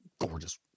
gorgeous